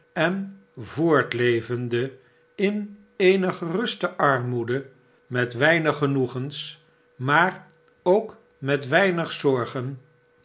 en voortlevende in eene geruste armoede met weinig genoegens maar ook met weinig zorgen